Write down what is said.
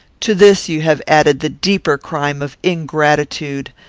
to this you have added the deeper crime of ingratitude,